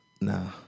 Nah